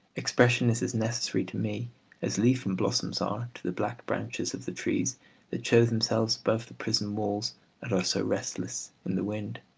expression is as necessary to me as leaf and blossoms are to the black branches of the trees that show themselves above the prison walls and are so restless in the wind.